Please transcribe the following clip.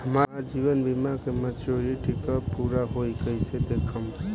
हमार जीवन बीमा के मेचीयोरिटी कब पूरा होई कईसे देखम्?